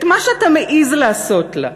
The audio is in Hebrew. את מה שאתה מעז לעשות לה,